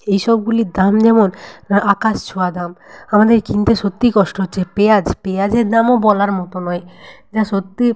এইসবগুলির দাম যেমন আকাশছোঁয়া দাম আমাদের কিনতে সত্যিই কষ্ট হচ্ছে পেঁয়াজ পেঁয়াজের দামও বলার মতো নয় যা সত্যি